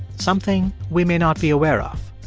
something we may not be aware of,